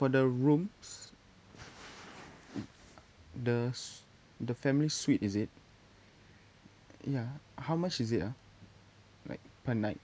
for the rooms d~ does the family suite is it ya how much is it ah like per night